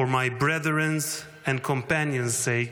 For my brethren and companions’ sakes,